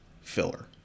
filler